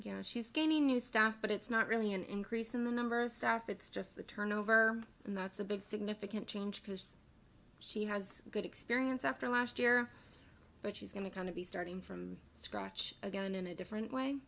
know she's gaining new staff but it's not really an increase in the number of staff it's just the turnover and that's a big significant change because she has good experience after last year but she's going to come to be starting from scratch again in a different way